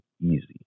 easy